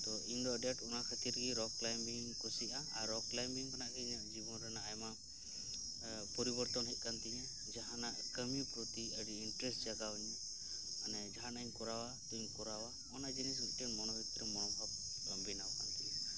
ᱛᱚ ᱤᱧ ᱫᱚ ᱟᱹᱰᱤ ᱟᱸᱴ ᱚᱱᱟ ᱠᱷᱟᱹᱛᱤᱨ ᱜᱮ ᱨᱚ ᱠᱮᱞᱟᱭᱢᱤᱝ ᱤᱧ ᱠᱩᱥᱤᱭᱟᱜᱼᱟ ᱨᱚ ᱠᱮᱞᱟᱭᱢᱤᱝ ᱠᱷᱚᱱᱟᱜ ᱜᱮ ᱤᱧᱟᱹᱜ ᱡᱤᱵᱚᱱ ᱨᱮᱭᱟᱜ ᱟᱭᱢᱟ ᱯᱚᱨᱤᱵᱚᱨᱛᱚᱱ ᱦᱮᱡ ᱟᱠᱟᱱ ᱛᱤᱧᱟᱹ ᱡᱟᱦᱟᱱᱟᱜ ᱠᱟᱹᱢᱤ ᱯᱚᱨᱛᱤ ᱟᱹᱰᱤ ᱤᱱᱴᱟᱨᱮᱥᱴ ᱡᱟᱜᱟᱣ ᱤᱧᱟᱹ ᱢᱟᱱᱮ ᱡᱟᱦᱟᱱᱟᱜ ᱤᱧ ᱠᱚᱨᱟᱣᱟ ᱛᱳᱧ ᱠᱚᱨᱟᱣᱟ ᱱᱚᱶᱟ ᱡᱤᱱᱤᱥ ᱢᱤᱫᱴᱮᱱ ᱢᱚᱱ ᱵᱷᱤᱛᱤᱨ ᱨᱮ ᱢᱚᱱᱳᱵᱷᱟᱵ ᱵᱮᱱᱟᱣ ᱟᱠᱟᱱ ᱛᱤᱧᱟᱹ